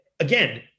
Again